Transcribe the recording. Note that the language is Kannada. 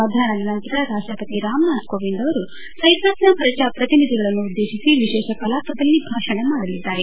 ಮಧ್ಯಾಪ್ನದ ನಂತರ ರಾಷ್ಟಪತಿ ರಾಮನಾಥ್ ಕೋವಿಂದ್ ಅವರು ಸೈಪ್ರಸ್ನ ಪ್ರಜಾಪ್ರತಿನಿಧಿಗಳನ್ನು ಉದ್ದೇಶಿಸಿ ವಿಶೇಷ ಕಲಾಪದಲ್ಲಿ ಭಾಷಣ ಮಾಡಲಿದ್ದಾರೆ